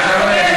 אתה לא תתקבל?